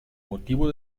motivo